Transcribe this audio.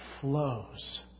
flows